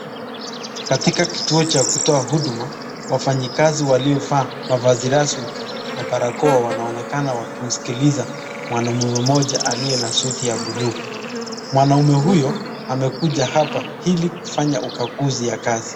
Katika kituo cha kutoa huduma wafanyakazi waliovaa mavazi rasmi na barakoa wanaonekana wakimsikiliza mwanaume mmoja aliye na shati ya buluu. Mwanaume huyo amekuja apa ili kufanya ukaguzi.